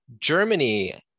Germany